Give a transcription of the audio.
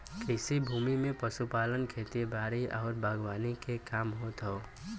कृषि भूमि में पशुपालन, खेती बारी आउर बागवानी के काम होत हौ